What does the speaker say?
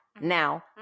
now